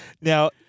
Now